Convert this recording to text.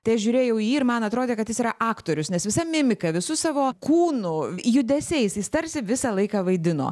tai aš žiūrėjau į jį ir man atrodė kad jis yra aktorius nes visa mimika visu savo kūnu judesiais jis tarsi visą laiką vaidino